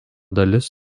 dalis